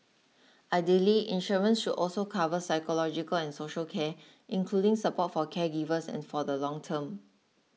ideally insurance should also cover psychological and social care including support for caregivers and for the long term